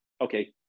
okay